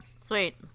Sweet